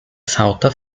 salta